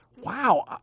Wow